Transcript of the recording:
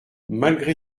malgré